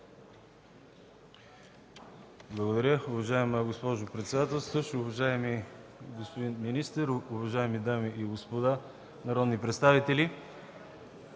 Благодаря. Уважаема госпожо председател, уважаеми господа министри, уважаеми дами и господа народни представители!